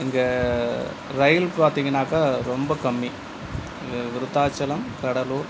இங்க ரயில் பார்த்திங்கன்னாக்கா ரொம்ப கம்மி இங்கே விருத்தாச்சலம் கடலூர்